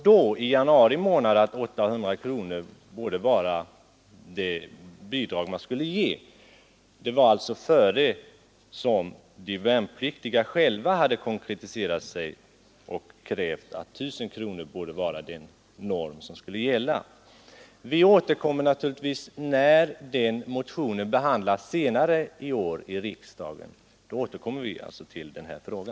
Nu i januari månad bedömde vi en höjning till 800 kronor som lämplig — det var alltså innan de värnpliktiga själva konkretiserat sig och krävt en höjning till 1 000 kronor. När den motionen senare i år skall behandlas av riksdagen, återkommer vi givetvis till denna fråga.